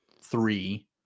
three